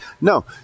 No